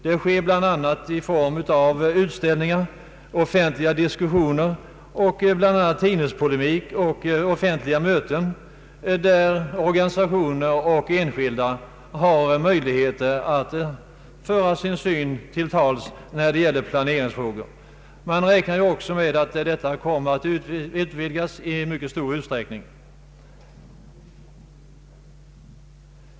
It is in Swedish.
Detta sker bl.a. i form av utställningar, offentliga diskussioner och offentliga möten, där organisationer och enskilda har möjligheter att komma till tals när det gäller planeringsfrågor. Man räknar även med att de möjligheterna kommer att utvidgas i mycket stor utsträckning.